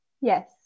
Yes